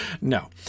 no